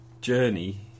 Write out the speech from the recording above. journey